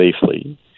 safely